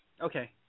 Okay